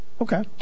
Okay